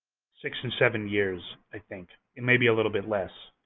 six and seven years, i think. it may be a little bit less.